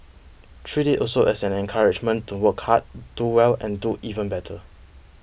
treat it also as an encouragement to work hard do well and do even better